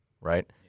right